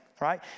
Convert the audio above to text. right